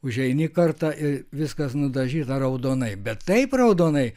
užeini kartą ir viskas nudažyta raudonai bet taip raudonai